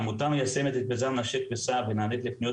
העמותה מיישמת את מיזם- -- ונענית לפניות